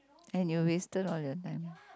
and you wasted all your time